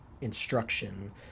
instruction